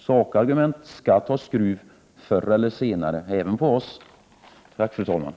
Sakargument skall ta skruv förr eller senare, även för vpk. Tack för ordet, fru talman.